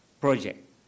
project